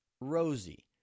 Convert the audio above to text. Rosie